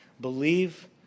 believe